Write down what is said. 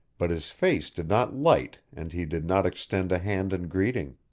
but his face did not light and he did not extend a hand in greeting.